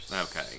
Okay